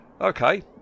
Okay